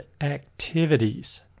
activities